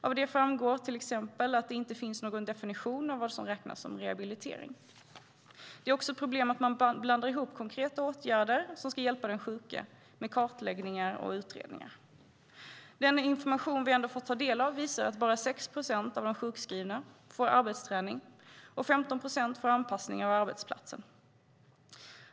Av det framgår till exempel att det inte finns någon definition av vad som räknas som rehabilitering. Det är också ett problem att man blandar ihop konkreta åtgärder som ska hjälpa den sjuke med kartläggningar och utredningar. Den information som vi ändå fått ta del av visar att bara 6 procent av de sjukskrivna får arbetsträning och 15 procent får anpassning av arbetsplatsen.